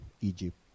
Egypt